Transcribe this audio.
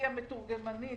מאז שהביאו לה מתורגמנית